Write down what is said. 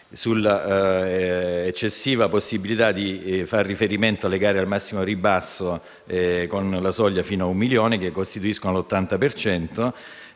l'eccessiva possibilità di fare riferimento alle gare al massimo ribasso con la soglia fino a un milione, che costituiscono l'80